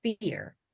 fear